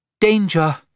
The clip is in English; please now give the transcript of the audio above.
Danger